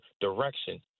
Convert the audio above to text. direction